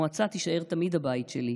המועצה תישאר תמיד הבית שלי.